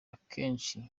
akenshi